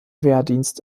wehrdienst